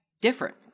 different